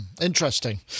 Interesting